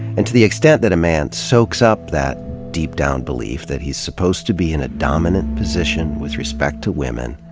and to the extent that a man soaks up that deep-down belief, that he's supposed to be in a dominant position with respect to women,